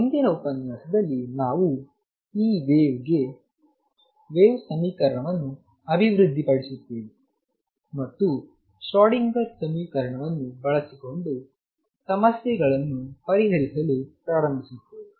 ಮುಂದಿನ ಉಪನ್ಯಾಸದಲ್ಲಿ ನಾವು ಈ ವೇವ್ ಗೆ ವೇವ್ ಸಮೀಕರಣವನ್ನು ಅಭಿವೃದ್ಧಿಪಡಿಸುತ್ತೇವೆ ಮತ್ತು ಶ್ರೋಡಿಂಗರ್ ಸಮೀಕರಣವನ್ನು ಬಳಸಿಕೊಂಡು ಸಮಸ್ಯೆಗಳನ್ನು ಪರಿಹರಿಸಲು ಪ್ರಾರಂಭಿಸುತ್ತೇವೆ